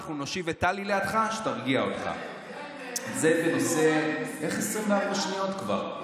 העלינו מיסים או הורדנו מיסים?